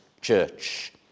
church